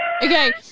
Okay